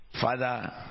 Father